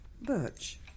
Birch